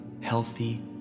healthy